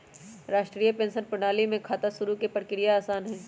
राष्ट्रीय पेंशन प्रणाली में खाता शुरू करे के प्रक्रिया आसान हई